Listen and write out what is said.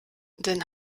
den